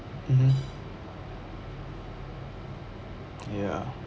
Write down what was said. mmhmm ya ya